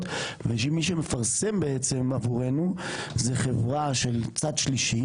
ומי שמפרסם בעצם עבורנו זה חברה של צד שלישי.